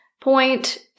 point